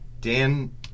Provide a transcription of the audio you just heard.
Dan